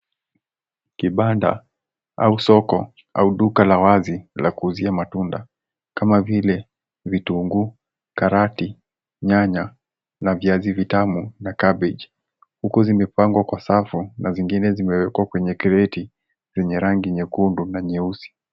Kibanda, au soko, au duka la wazi la kuuzia matunda, kama vile: vitunguu, karoti, nyanya, na viazi vitamu na kabichi. Huku zimepangwa kwa safu na zingine zimewekwa kwenye kreti lenye rangi nyekundu na nyeusi.